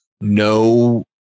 no